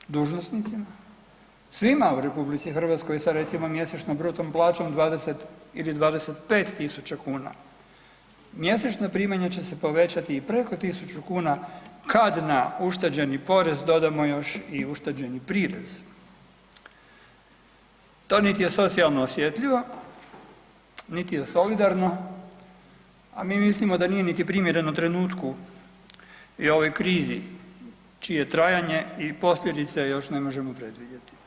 Nama, dužnosnicima, svima u RH sa recimo mjesečnom bruto plaćom 20 ili 25.000 kuna mjesečna primanja će se povećati i preko 1.000 kuna, kad na ušteđeni porez dodamo još i ušteđeni prirez, to niti je socijalno osjetljiva, niti je solidarno, a mi mislimo da nije niti primjereno trenutku i ovoj krizi čije trajanje i posljedice još ne možemo predvidjeti.